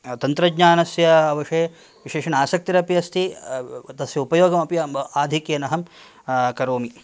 तन्त्रज्ञानस्य विषये विशेषेण आसक्तिरपि अस्ति तस्य उपयोगमपि आधिक्येन अहं करोमि